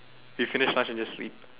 we finished lunch and just sleep